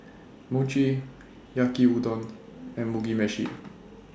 Mochi Yaki Udon and Mugi Meshi